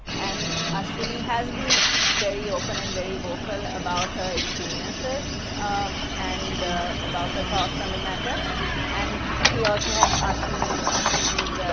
and ashwini has been very open and very vocal about her experiences um and about her thoughts on the matter and we also have ashwini's.